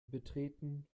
betreten